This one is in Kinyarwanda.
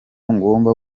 ngomba